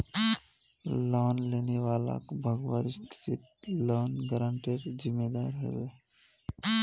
loan लेने वालाक भगवार स्थितित लोन गारंटरेर जिम्मेदार ह बे